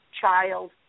child